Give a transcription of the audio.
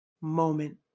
moment